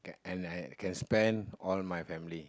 can and and can spend on my family